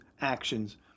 actions